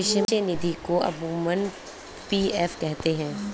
भविष्य निधि को अमूमन पी.एफ कहते हैं